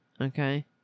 okay